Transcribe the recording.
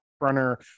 runner